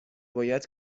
باید